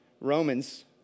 Romans